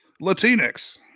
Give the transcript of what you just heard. Latinx